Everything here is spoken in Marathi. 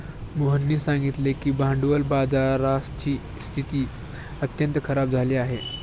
मोहननी सांगितले की भांडवल बाजाराची स्थिती अत्यंत खराब झाली आहे